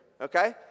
okay